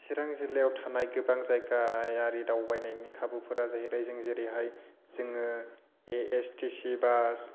चिरां जिल्लायाव थानाय गोबां जायगायारि दावबायनायनि खाबुफोरा जाहैबाय जों जेरैहाय जोङो A S T C bus